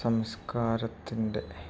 സംസ്കാരത്തിൻ്റെ